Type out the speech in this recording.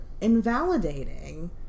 invalidating